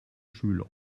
schüler